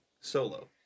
solo